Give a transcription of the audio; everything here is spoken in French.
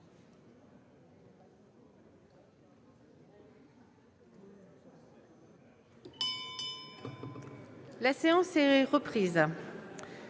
La séance est reprise.